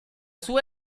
sua